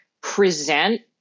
present